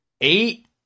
Eight